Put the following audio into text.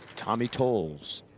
tommy tolles.